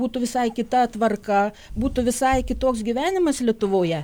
būtų visai kita tvarka būtų visai kitoks gyvenimas lietuvoje